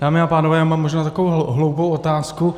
Dámy a pánové, já mám možná takovou hloupou otázku.